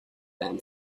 than